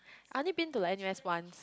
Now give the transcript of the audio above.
I only been to like N_U_S once